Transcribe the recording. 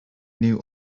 knew